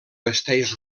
vesteix